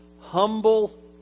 humble